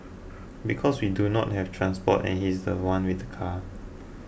because we do not have transport and he's the one with the car